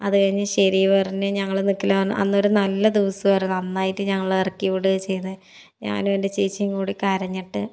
അതുകഴിഞ്ഞ് ശരി പറഞ്ഞ് ഞങ്ങൾ നിൽക്കില്ല പറഞ്ഞു അന്നൊരു നല്ല ദിവസമായിരുന്നു എന്നായിട്ട് ഞങ്ങളെ ഇറക്കി വിടുകാ ചെയ്തേ ഞാനും എൻ്റെ ചേച്ചിയും കൂടി കരഞ്ഞിട്ട്